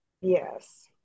Yes